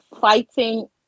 fighting